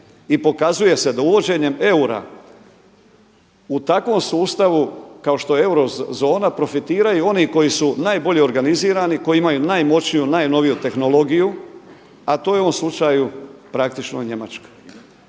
i pokazuje se da uvođenjem eura u takvom sustavu kao što je eurozona profitiraju oni koji su najbolje organizirani, koji imaju najmoćniju, najnoviju tehnologiju, a to je u ovom slučaju praktično Njemačka.